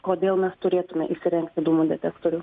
kodėl mes turėtume įsirengti dūmų detektorių